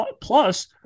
Plus